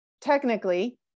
technically